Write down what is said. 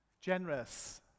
Generous